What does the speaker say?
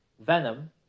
Venom